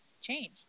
changed